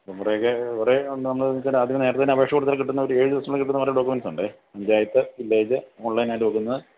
എവിടെയൊക്കെ കുറേ നമ്മൾ എന്നുവച്ചാൽ ആദ്യമേ നേരിട്ട് തന്നെ അപേക്ഷ കൊടുത്താൽ കിട്ടുന്ന ഒരു ഏഴ് ദിവസത്തിനുള്ളിൽ കിട്ടുന്ന കുറെ ഡോക്യൂമെൻ്റസ് ഉണ്ടേ പഞ്ചായത്ത് വില്ലെജ് ഓൺലൈൻ ആയിട്ട് നോക്കുന്ന